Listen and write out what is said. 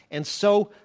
and so,